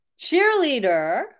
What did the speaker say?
cheerleader